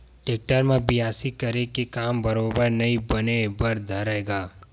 tractor म बियासी करे के काम बरोबर नइ बने बर धरय गा